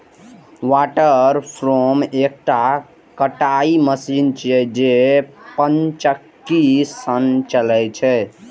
water frame एकटा कताइ machine छियै, जे पनचक्की सं चलै छै